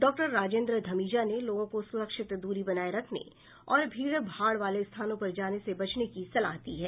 doctor Rajendra Dhamija ने लोगों को सुरक्षित दूरी बनाए रखने और भीड़ भाड़ वाले स्थानों पर जाने से बचने की सलाह दी है